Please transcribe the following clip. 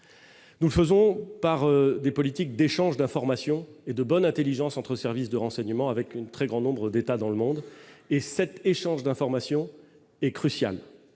Nous faisons par des politiques d'échange d'informations et de bonne Intelligence entre services de renseignement avec une très grand nombre d'États dans le monde et cet échange d'informations est cruciale,